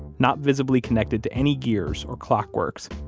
not visibly connected to any gears or clockworks,